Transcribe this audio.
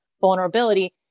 vulnerability